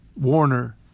Warner